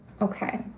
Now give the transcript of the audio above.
Okay